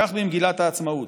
כך במגילת העצמאות: